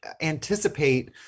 anticipate